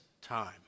time